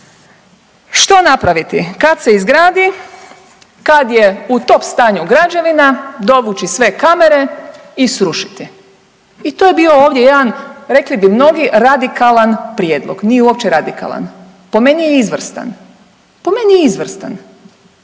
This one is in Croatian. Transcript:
Što napraviti? Kad se izgradi, kad je u top stanju građevina, dovući sve kamere i srušiti. I to je bio ovdje jedan rekli bi mnogi radikalan prijedlog. Nije uopće radikalan, po meni je izvrstan, po meni je izvrstan